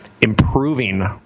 improving